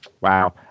wow